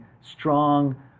strong